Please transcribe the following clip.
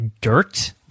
dirt